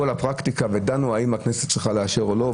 על הפרקטיקה ודנו האם הכנסת צריכה לאשר או לא,